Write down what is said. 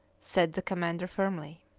said the commander firmly.